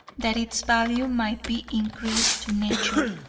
that its value might be increased to nature,